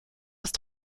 ist